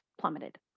plummeted